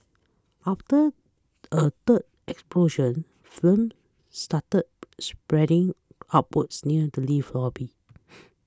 after a third explosion flames started spreading upwards near the lift lobby